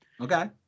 Okay